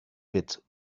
bit